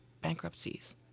bankruptcies